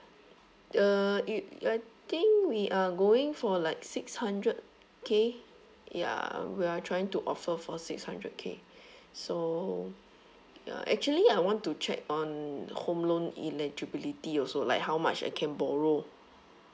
uh it I think we are going for like six hundred K ya we're trying to offer for six hundred K so uh actually I want to check on home loan eligibility also like how much I can borrow